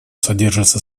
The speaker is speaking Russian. содержатся